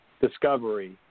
discovery